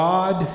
God